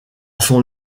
son